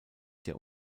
der